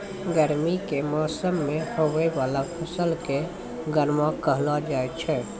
गर्मी के मौसम मे हुवै वाला फसल के गर्मा कहलौ जाय छै